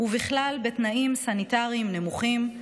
ובכלל בתנאים סניטריים נמוכים,